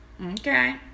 Okay